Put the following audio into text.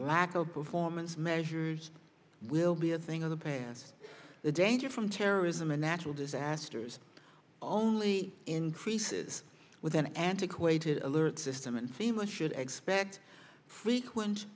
lack of performance measures will be a thing of the past the danger from terrorism and natural disasters all only increases with an antiquated alert system and cmos should expect frequent